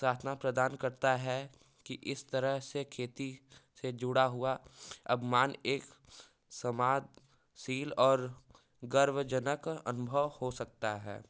प्रदान करता है कि इस तरह से खेती से जुड़ा हुआ अभिमान एक समाजशील और गर्वजनक अनुभव हो सकता है